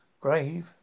grave